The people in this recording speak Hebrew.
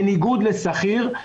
בניגוד לשכיר,